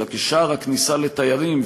אלא כשער הכניסה לתיירים,